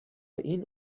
این